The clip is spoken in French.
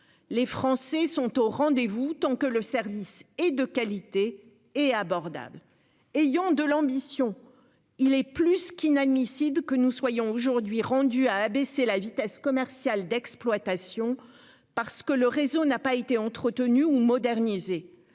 Les Français sont au rendez-vous tant que le service et de qualité et abordables ayant de l'ambition. Il est plus qu'inadmissible que nous soyons aujourd'hui rendu à abaisser la vitesse commerciale d'exploitation parce que le réseau n'a pas été entretenues ou moderniser.